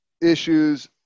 issues